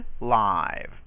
live